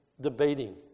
debating